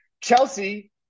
Chelsea